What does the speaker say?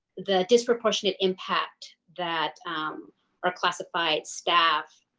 the disproportionate impact that our classified staff